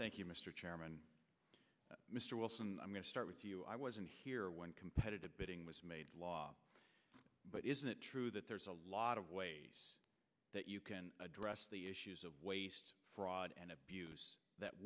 thank you mr chairman mr wilson i'm going to start with you i wasn't here when competitive bidding was made law but isn't it true that there's a lot of ways that you can address the issues of waste fraud and abuse that